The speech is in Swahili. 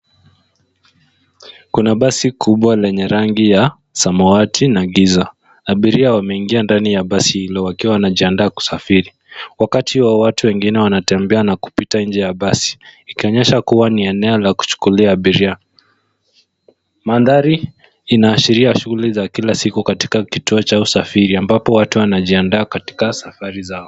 Kuna basi kubwa lenye rangi ya samawati na giza. Abiria wameingia ndani ya basi hilo wakiwa wanajiandaa kusafiri wakati watu wengine wanatembea na kupita nje ya basi ikionyesha kuwa ni eneo ya kuchukulia abiria. Mandhari inaashiria shughuli za kila siku katika kituo cha usafiri ambapo watu wanajianda katika safari zao.